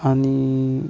आणि